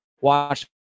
Watch